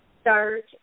start